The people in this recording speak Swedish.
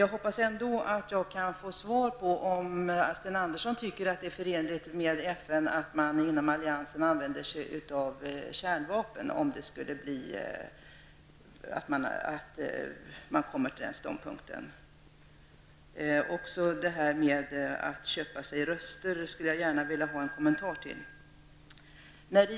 Jag hoppas ändå att jag kan få svar på om Sten Andersson tycker att det är förenligt med FNs uppgift att alliansen använder kärnvapen, om man kommer till den ståndpunkten att sådana bör tillgripas. Det som sades om att köpa sig röster skulle jag gärna vilja ha en kommentar till.